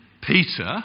Peter